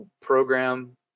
program